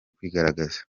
kwigaragaza